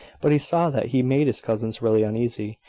but he saw that he made his cousins really uneasy,